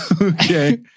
Okay